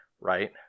right